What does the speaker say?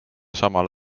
samal